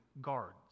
guards